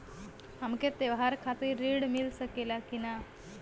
हमके त्योहार खातिर त्रण मिल सकला कि ना?